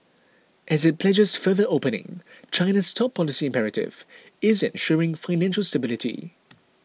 as it pledges further opening China's top policy imperative is ensuring financial stability